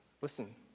listen